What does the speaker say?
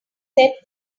set